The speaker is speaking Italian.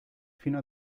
fino